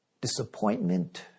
disappointment